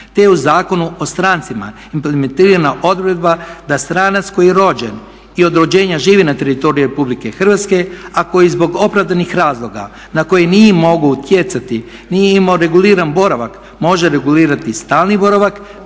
te je u Zakonu o strancima implementirana odredba da stranac koji je rođen i od rođenja živi na teritoriju RH, a koji zbog opravdanih razloga na koje nije mogao utjecati nije imao reguliran boravak može regulirati stalni boravak